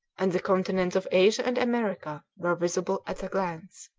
and the continents of asia and america were visible at a glance.